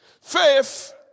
faith